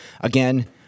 again